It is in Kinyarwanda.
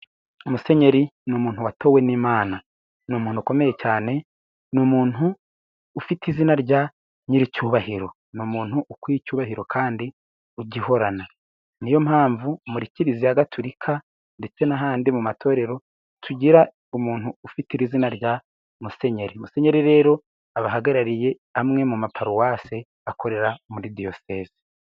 Musenyeri ni umuntu watowe n'imana. Ni umuntu ukomeye cyane, ni umuntu ufite izina rya nyiricyubahiro, ni umuntu ukwiye icyubahiro kandi ugihorana. Niyo mpamvu muri Kiliziya Gatolika ndetse n'ahandi mu matorero tugira umuntu ufite izina rya musenyeri. Musenyeri rero abahagarariye amwe mu maparuwasi akorera muri diyosesezi.